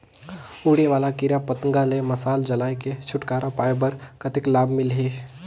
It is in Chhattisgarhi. उड़े वाला कीरा पतंगा ले मशाल जलाय के छुटकारा पाय बर कतेक लाभ मिलही?